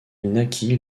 naquit